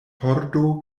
pordo